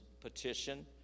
petition